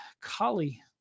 Kali